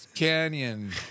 canyon